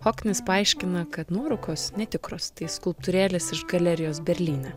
hoknis paaiškina kad nuorūkos netikros tai skulptūrėlės iš galerijos berlyne